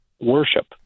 worship